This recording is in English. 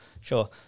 sure